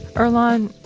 earlonne,